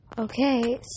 Okay